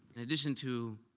in addition to